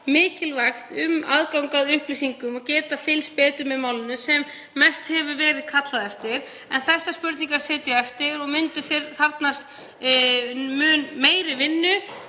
mikilvægt, að bæta aðgang að upplýsingum og að geta fylgst betur með málinu, sem mest hefur verið kallað eftir. En þessar spurningar sitja eftir og myndu þarfnast mun meiri vinnu.